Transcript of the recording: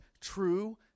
true